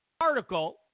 article